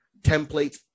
templates